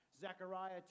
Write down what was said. Zechariah